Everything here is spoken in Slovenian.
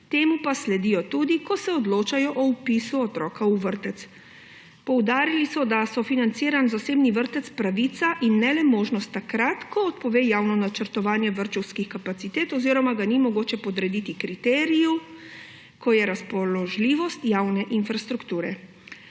temu pa sledijo tudi, ko se odločajo o vpisu otroka v vrtec. Poudarili so, da je sofinanciran zasebni vrtec pravica in ne le možnost takrat, ko odpove javno načrtovanje vrtčevskih kapacitet oziroma ga ni mogoče podrediti kriteriju, ki je razpoložljivost javne infrastrukture.